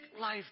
life